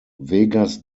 vegas